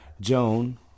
Joan